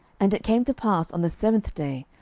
and it came to pass on the seventh day,